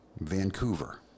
Vancouver